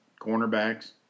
cornerbacks